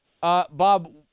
Bob